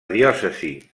diòcesi